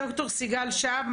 ד"ר סיגל שהב,